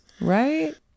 Right